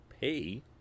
pay